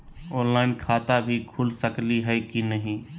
Online खाता भी खुल सकली है कि नही?